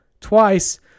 twice